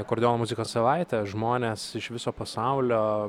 akordeono muzikos savaitę žmonės iš viso pasaulio